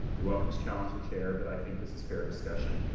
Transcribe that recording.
you're welcome to challenge the chair but i think this is fair discussion.